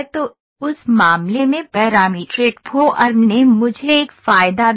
तो उस मामले में पैरामीट्रिक फॉर्म ने मुझे एक फायदा दिया